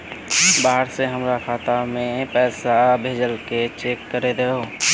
बाहर से हमरा खाता में पैसा भेजलके चेक कर दहु?